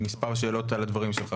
מס' שאלות על הדברים שלך.